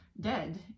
dead